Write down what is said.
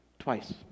Twice